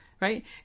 Right